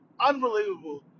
Unbelievable